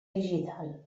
digital